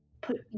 put